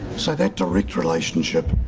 so that direct relationship